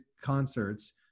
concerts